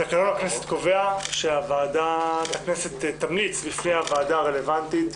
תקנון הכנסת קובע שוועדת הכנסת תמליץ בפני הוועדה הרלבנטית